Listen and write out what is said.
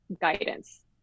guidance